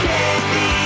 Candy